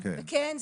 כן,